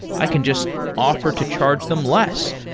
i can just offer to charge them less.